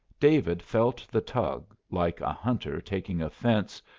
david felt the tug, like a hunter taking a fence,